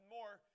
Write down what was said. More